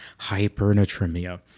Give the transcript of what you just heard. hypernatremia